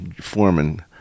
Foreman